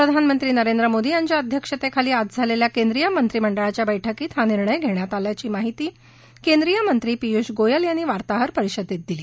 प्रधानमंत्री नरेंद्र मोदी यांच्या अध्यक्षतेखाली आज झालेल्या केंद्रीय मंत्रीमंडळाच्या बैठकीत हा निर्णय घेण्यात आल्याची माहिती केंद्रीय मंत्री पियूष गोयल यांनी वार्ताहर परिषदेत दिली